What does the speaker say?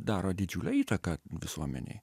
daro didžiulę įtaką visuomenei